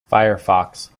firefox